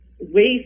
waste